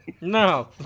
No